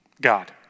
God